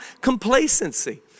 complacency